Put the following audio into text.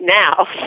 now